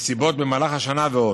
מסיבות במהלך השנה ועוד.